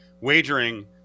wagering